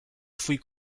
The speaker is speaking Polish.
twój